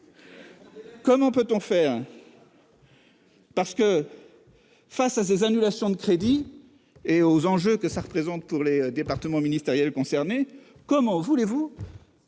Comment peut-on faire ? Face à ces annulations de crédits et aux enjeux que cela représente pour les départements ministériels concernés, les 146 millions